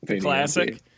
classic